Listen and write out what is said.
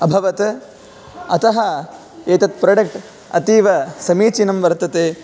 अभवत् अतः एतत् प्रोडक्ट् अतीवसमीचीनं वर्तते